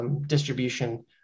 distribution